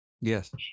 Yes